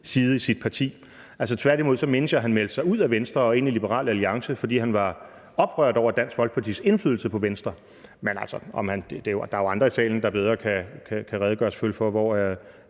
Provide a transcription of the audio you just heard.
side i sit parti. Tværtimod mindes jeg, at han meldte sig ud af Venstre og ind i Ny Alliance, fordi han var oprørt over Dansk Folkepartis indflydelse på Venstre. Altså, der er jo andre i salen, der selvfølgelig bedre kan redegøre for, hvor